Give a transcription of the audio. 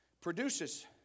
produces